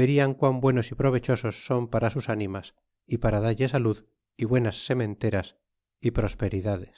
verian quan buenos y provechosos son para sus ánimas y para dalle salud y buenas sementeras y prosperidades